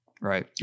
right